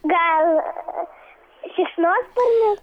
gal šikšnosparnis